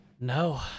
No